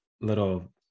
little